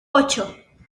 ocho